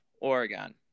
Oregon